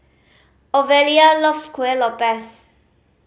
Ofelia loves Kueh Lopes